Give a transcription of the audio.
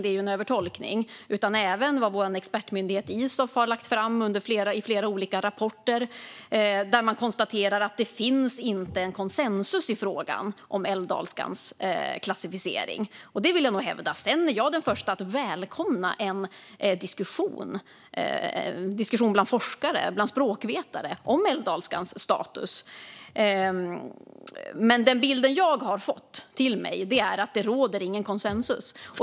Det är en övertolkning. Jag har även hänvisat till vad vår expertmyndighet Isof har lagt fram i flera olika rapporter. Där konstaterar man att det inte finns konsensus i frågan om älvdalskans klassificering. Detta vill jag hävda. Jag är den första att välkomna en diskussion bland forskare och språkvetare om älvdalskans status, men den bild som jag har fått till mig är att det inte råder konsensus.